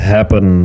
Happen